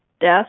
death